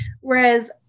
Whereas